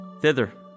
Thither